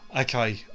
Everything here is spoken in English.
okay